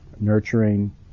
nurturing